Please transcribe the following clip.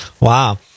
Wow